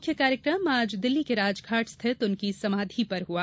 मुख्य कार्यकम आज दिल्ली के राजघाट स्थित उनकी समाधि पर हुआ